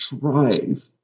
drive